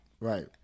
Right